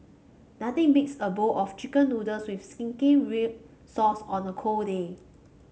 nothing beats a bowl of chicken noodles with zingy red sauce on a cold day